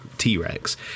t-rex